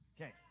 Okay